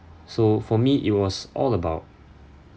so for me it was all about